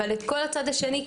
אבל את כל הצד השני,